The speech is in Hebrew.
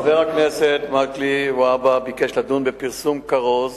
חבר הכנסת מגלי והבה ביקש לדון בפרסום כרוז